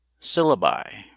syllabi